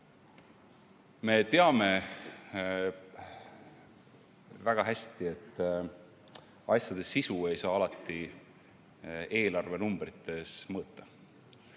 Me teame väga hästi, et asjade sisu ei saa alati eelarvenumbrites mõõta.